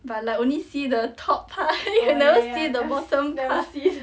but like only see the top part never see the bottom part